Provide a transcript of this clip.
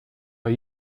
are